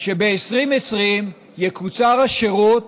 שב-2020 יקוצר השירות